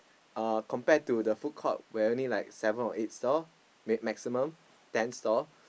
uh compared to the food court where only like seven or eight stalls max maximum ten stalls